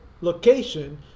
location